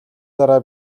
дараа